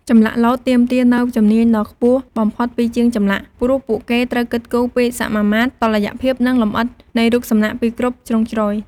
ចម្លាក់លោតទាមទារនូវជំនាញដ៏ខ្ពស់បំផុតពីជាងចម្លាក់ ព្រោះពួកគេត្រូវគិតគូរពីសមាមាត្រ តុល្យភាព និងលម្អិតនៃរូបសំណាកពីគ្រប់ជ្រុងជ្រោយ។